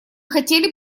хотели